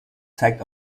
zeigt